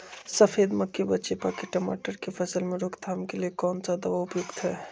सफेद मक्खी व चेपा की टमाटर की फसल में रोकथाम के लिए कौन सा दवा उपयुक्त है?